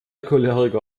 choleriker